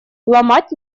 ломать